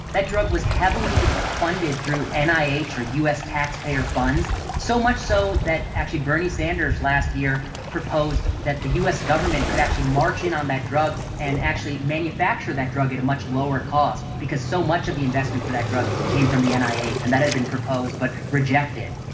that drug was heavily funded through and nih or us taxpayer funds, so much so that actually bernie sanders last year proposed that the us government could actually march in on that drug and actually manufacture that drug at a much lower cost because so much of the investment for that drug came from the nih, and that had been proposed but rejected.